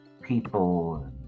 people